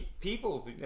people